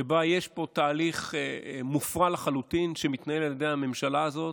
שבה יש תהליך מופרע לחלוטין שמתנהל על ידי הממשלה הזאת,